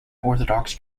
orthodox